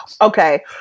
Okay